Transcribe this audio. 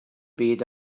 byd